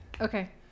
Okay